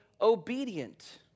obedient